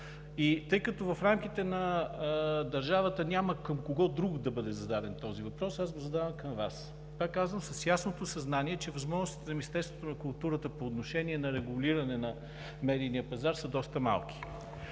Тъй като в рамките на държавата няма към кого другиго да бъде зададен този въпрос, аз го задавам към Вас. Пак казвам, с ясното съзнание, че възможностите на Министерството